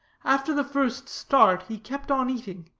after the first start he kept on eating,